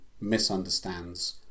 misunderstands